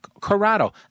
Corrado